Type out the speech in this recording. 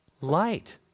light